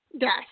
Yes